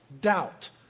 doubt